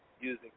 using